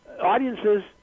Audiences